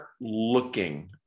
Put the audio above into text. looking